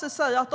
Cecilia?